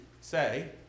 say